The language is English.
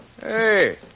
Hey